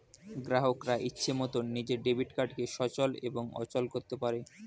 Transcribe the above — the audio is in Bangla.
গ্রাহকরা ইচ্ছে মতন নিজের ডেবিট কার্ডকে সচল এবং অচল করতে পারে